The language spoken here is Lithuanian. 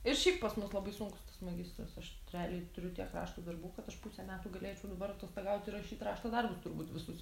ir šiaip pas mus labai sunkus tas magistras aš realiai turiu tiek rašto darbų kad aš pusę metų galėčiau dabar atostogaut ir rašyt rašto darbus turbūt visus